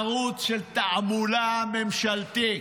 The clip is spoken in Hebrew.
ערוץ של תעמולה ממשלתית,